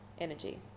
energy